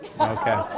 Okay